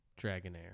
Dragonair